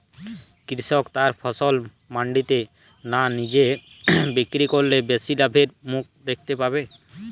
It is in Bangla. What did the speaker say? কৃষক তার ফসল মান্ডিতে না নিজে বিক্রি করলে বেশি লাভের মুখ দেখতে পাবে?